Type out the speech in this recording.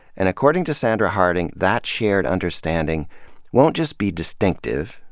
and, according to sandra harding, that shared understanding won't just be distinctive,